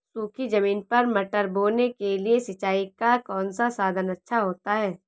सूखी ज़मीन पर मटर बोने के लिए सिंचाई का कौन सा साधन अच्छा होता है?